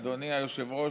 אדוני היושב-ראש,